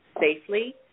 safely